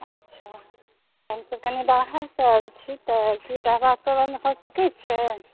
अच्छा हम तऽ कनि बाहरसँ आयल छी तऽ एक्चुअली रहबाक प्रबन्ध भऽ सकैत छै